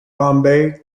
bombay